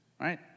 right